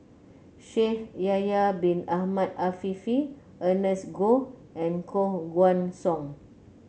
Shaikh Yahya Bin Ahmed Afifi Ernest Goh and Koh Guan Song